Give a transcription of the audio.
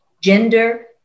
gender